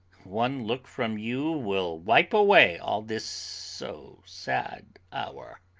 one look from you will wipe away all this so sad hour,